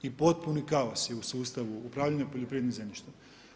I potpuni kaos je u sustavu upravljanju poljoprivrednim zemljišta.